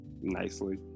nicely